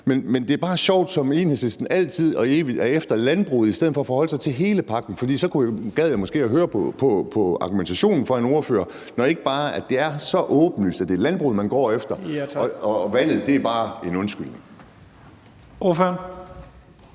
Men det er bare sjovt, som Enhedslisten evig og altid er efter landbruget i stedet for at forholde sig til hele pakken, for så gad jeg måske at høre på argumentationen fra en ordfører, når det ikke bare er så åbenlyst, at det er landbruget, man går efter, og at vandet bare er en undskyldning. Kl.